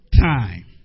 time